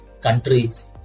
countries